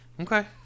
okay